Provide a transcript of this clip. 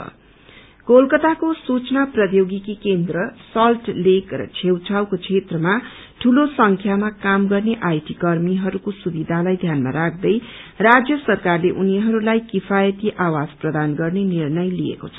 प्रजसिंग आईदी कलकताको सूचना प्रीयोगिकी केन्द्र सल्ट लेक छेउछाउको क्षेत्रमा दूलो संख्यामा काम गर्ने आईटी कर्मीहरूको सुविधालाई ध्यानमा राख्दै राज्य सरकारले उनीहरूलाई किफायती आवास प्रदान गर्ने निर्णय लिएको छ